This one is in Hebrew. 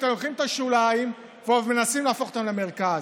אתם לוקחים את השוליים ועוד מנסים להפוך אותם למרכז,